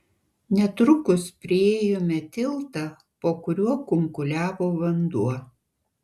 netrukus priėjome tiltą po kuriuo kunkuliavo vanduo